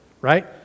right